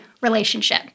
relationship